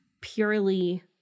Purely